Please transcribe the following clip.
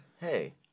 Hey